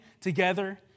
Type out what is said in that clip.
together